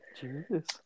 Jesus